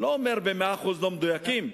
אני לא אומר ב-100% לא מדויקות,